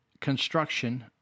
construction